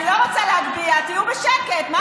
אני לא רוצה להגביה, תהיו בשקט, מה זה?